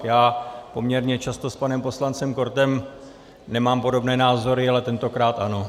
Já poměrně často s panem poslancem Kortem nemám podobné názory, ale tentokrát ano.